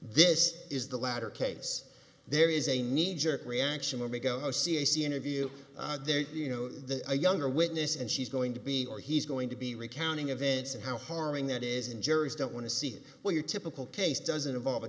this is the latter case there is a kneejerk reaction when we go cac interview there you know the younger witness and she's going to be or he's going to be recounting events and how harming that is and juries don't want to see what your typical case doesn't involve a